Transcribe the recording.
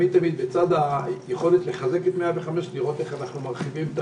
בצד היכולת לחזק את 105 צריך תמיד לראות איך אנחנו מרחיבים את